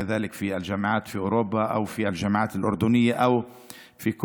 באוניברסיטאות באירופה או באוניברסיטאות בירדן או בכל